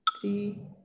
three